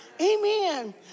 Amen